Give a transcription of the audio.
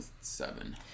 seven